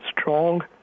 strong